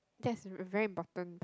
that is very important